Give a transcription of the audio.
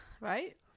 right